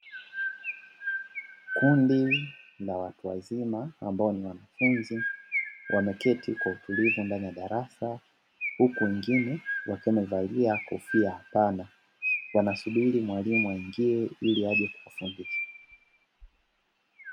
Kundi la watu wazima ambao ni wanafunzi wameketi kwa utulivu ndani ya darasa, huku wengine wakiwa wamevalia kofia pana wanasubiri mwalimu aingie ili aje kuwafundisha.